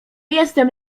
jestem